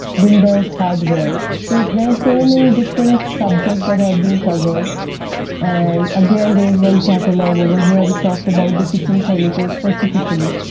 builders hardware. so there are so many different subjects, that have been covered and again there is one catalogue over here which talks about the kitchen furniture specifically,